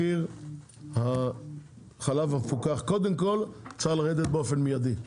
מחיר החלב המפוקח, קודם כל, צריך לרדת באופן מידי.